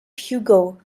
hugo